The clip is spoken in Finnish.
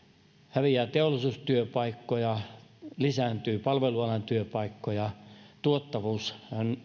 häviää teollisuustyöpaikkoja lisääntyy palvelualan työpaikkoja tuottavuus